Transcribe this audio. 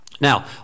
Now